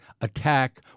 attack